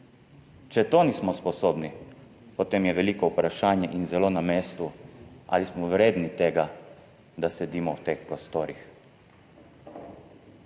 če tega nismo sposobni, potem je veliko vprašanje in zelo na mestu, ali smo vredni tega, da sedimo v teh prostorih.